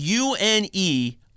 UNE